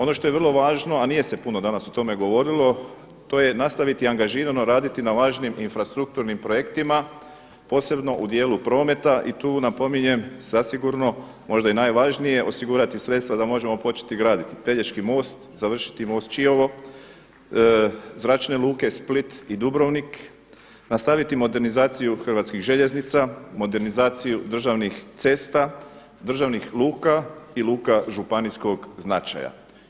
Ono što je vrlo važno, a nije se danas puno o tome govorilo to je nastaviti angažirano raditi na važnim infrastrukturnim projektima posebno u dijelu prometa i tu napominjem zasigurno možda i najvažnije, osigurati sredstva da možemo početi graditi Pelješki most, završiti most Čiovo, zračne luke Split i Dubrovnik, nastaviti modernizaciju hrvatskih željeznica, modernizaciju državnih cesta, državnih luka i luka županijskog značaja.